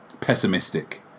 pessimistic